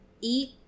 eat